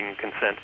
consent